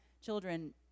children